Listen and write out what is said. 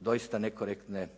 doista nekorektne